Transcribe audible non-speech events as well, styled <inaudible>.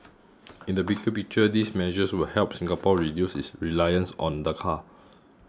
<noise> in the bigger picture these measures would help Singapore reduce its reliance on the car